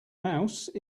mouse